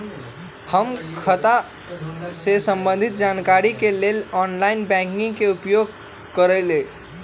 हम खता से संबंधित जानकारी के लेल ऑनलाइन बैंकिंग के उपयोग करइले